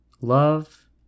Love